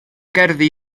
gerddi